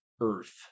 Earth